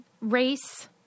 race